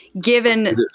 given